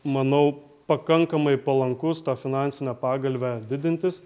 manau pakankamai palankus tą finansinę pagalvę didintis